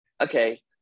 okay